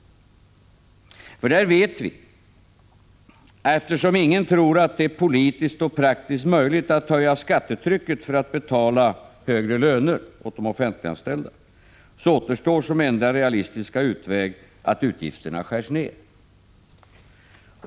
När det gäller den vet vi — eftersom ingen tror att det är politiskt och praktiskt möjligt att höja skattetrycket för att betala högre löner åt de offentliganställda — att det som återstår som enda realistiska utväg är att utgifterna skärs ner.